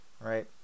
right